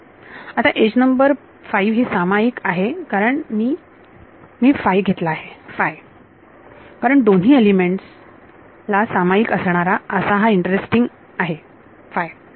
आता edge number 5 ही सामायिक आहे कारण मी मी घेतला आहे कारण दोन्ही एलिमेंट्स सामायिक असणारा असा इंटरेस्टिंग आहे बरोबर